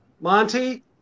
Monty